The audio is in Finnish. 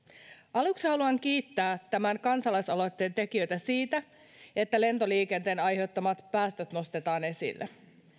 aluksi haluan kiittää tämän kansalaisaloitteen tekijöitä siitä että lentoliikenteen aiheuttamat päästöt nostetaan esille